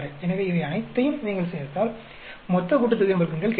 எனவே இவை அனைத்தையும் நீங்கள் சேர்த்தால் மொத்தக் கூட்டுத்தொகையின் வர்க்கங்கள் கிடைக்கும்